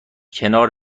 کنار